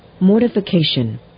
Mortification